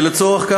ולצורך זה,